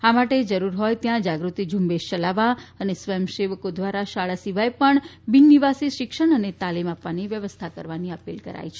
આ માટે જરૂર હોય ત્યાં જાગૃતિ ઝૂંબેશ યલાવવા અને સ્વયંસેવકો દ્વારા શાળા સિવાય પણ બિન નિવાસી શિક્ષણ અને તાલીમ આપવાની વ્યવસ્થા કરવાની અપીલ કરાઈ છે